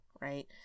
right